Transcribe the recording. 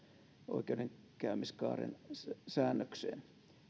oikeudenkäymiskaaren säännökseen